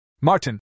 Martin